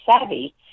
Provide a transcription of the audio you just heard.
savvy